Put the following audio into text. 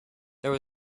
there